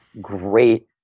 great